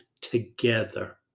together